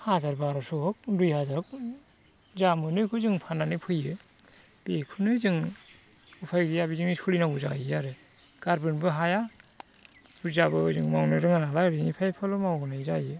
हाजार बार'स' हक दुइ हाजार हक जा मोनो बेखौ जों फाननानै फैयो बेखौनो जों उफाय गैया बेजोंनो सोलिनांगौ जाहैयो आरो गारबोनोबो हाया बुरजाबो जों मावनो रोङानालाय बेनिखायनो एफाल' मावबोनाय जायो